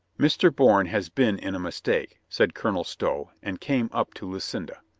mr. bourne has been in a mistake, said colonel stow, and came up to lucinda.